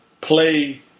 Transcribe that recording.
play